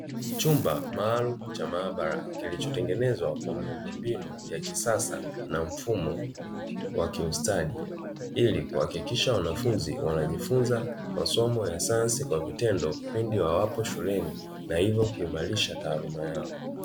Chumba maalumu cha maabara, kilichotengenezwa kwa miundombinu ya kisasa, na mfumo wa kiustadi ili kuhakikisha wanafunzi wanajifunza masomo ya sayansi kwa vitendo pindi wawapo shuleni na hivyo kuimarisha taaluma yao.